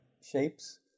shapes